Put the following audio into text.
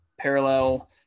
Parallel